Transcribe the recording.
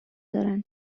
دارند